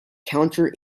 counter